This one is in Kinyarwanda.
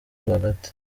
rwagati